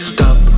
Stop